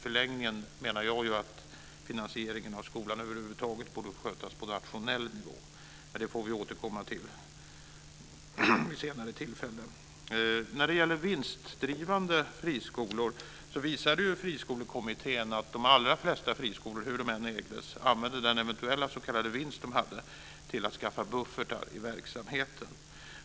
Jag menar att finansieringen av skolan i förlängningen borde skötas helt på nationell nivå. Det får vi återkomma till vid senare tillfällen. När det gäller vinstdrivande friskolor visade Friskolekommittén att de allra flesta friskolor - hur de än ägdes - använde den eventuella s.k. vinst de hade till att skaffa buffertar i verksamheten.